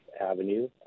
Avenue